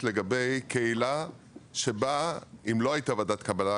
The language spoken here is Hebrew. לגבי קהילה שבה אם לא הייתה ועדת קבלה,